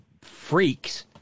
freaks